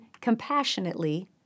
compassionately